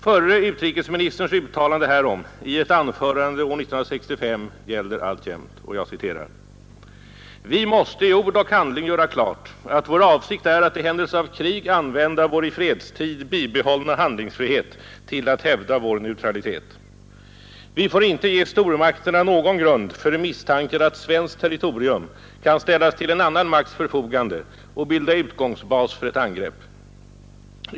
Förre utrikesministerns uttalande härom i ett anförande år 1965 gäller alltjämt: ”Vi måste i ord och handling göra klart, att vår avsikt är att i händelse av krig använda vår i fredstid bibehållna handlingsfrihet till att hävda vår neutralitet. Vi får inte ge stormakterna någon grund för misstankar att svenskt territorium kan ställas till en annan makts förfogande och bilda utgångsbas för ett angrepp.